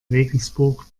regensburg